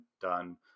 done